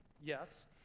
Yes